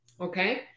okay